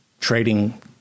trading